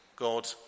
God